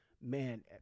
man